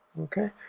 Okay